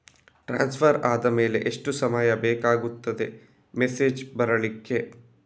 Transfer ಆದ್ಮೇಲೆ ಎಷ್ಟು ಸಮಯ ಬೇಕಾಗುತ್ತದೆ ಮೆಸೇಜ್ ಬರ್ಲಿಕ್ಕೆ?